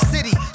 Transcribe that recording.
City